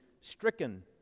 stricken